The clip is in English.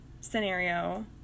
scenario